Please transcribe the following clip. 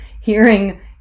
hearing